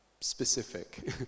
specific